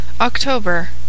October